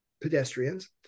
pedestrians